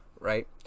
right